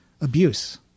abuse